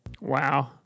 wow